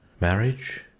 marriage